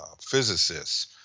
physicists